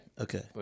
okay